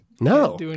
No